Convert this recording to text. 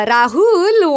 Rahul